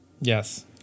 Yes